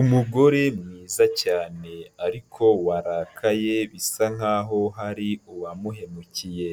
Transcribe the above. Umugore mwiza cyane ariko warakaye bisa nkaho hari uwamuhemukiye,